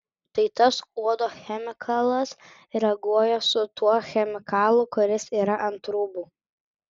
tai tas uodo chemikalas reaguoja su tuo chemikalu kuris yra ant rūbų